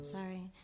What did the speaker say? Sorry